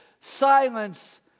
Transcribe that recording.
silence